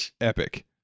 epic